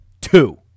Two